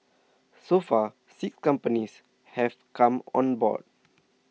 so far six companies have come on board